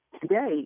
Today